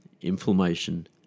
inflammation